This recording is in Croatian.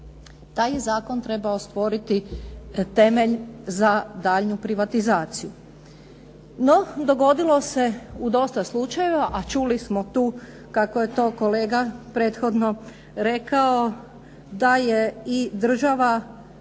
Taj je zakon trebao stvoriti temelj za daljnju privatizaciju. No, dogodilo se u dosta slučajeva a čuli smo tu kako je to kolega prethodno rekao da je i država